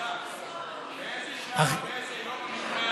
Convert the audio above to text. באיזה שעה ובאיזה יום,